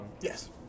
Yes